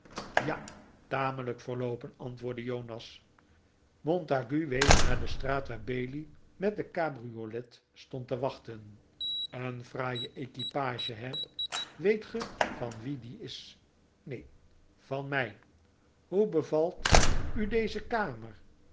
ja tamelijk verloopen antwoordde jonas montague wees naar de straat waar bailey met de cabriolet stond te wachten een fraaie equipage he weet ge van wie die is neen van mij hoe bevalt u deze kamer